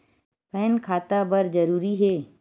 Pan खाता बर जरूरी हे?